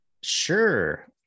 Sure